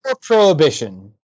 Prohibition